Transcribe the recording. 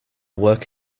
work